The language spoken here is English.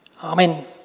Amen